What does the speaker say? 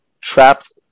trapped